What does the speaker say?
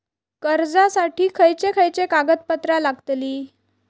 कर्जासाठी खयचे खयचे कागदपत्रा लागतली?